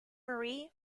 marie